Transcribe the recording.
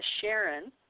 Sharon